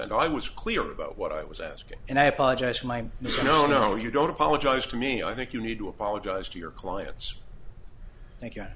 i was clear about what i was asking and i apologize for my no no you don't apologize to me i think you need to apologize to your clients tha